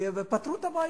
ופתרו את הבעיות,